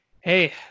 hey